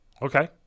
Okay